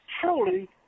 truly